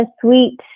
sweet